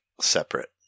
separate